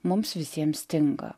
mums visiems stinga